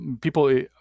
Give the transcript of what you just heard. people